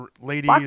lady